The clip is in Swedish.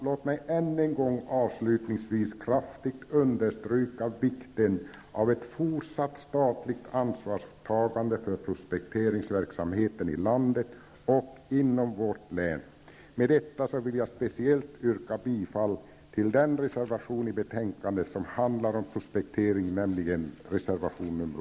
Låt mig avslutningsvis än en gång kraftigt understryka vikten av ett fortsatt statligt ansvarstagande för prospekteringsverksamheten i landet och inom vårt län. Med detta vill jag särskilt yrka bifall till den reservation i betänkandet som handlar om prospektering, nämligen reservation nr